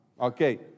Okay